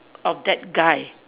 of that guy